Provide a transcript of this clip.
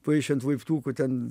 paišė ant laiptukų ten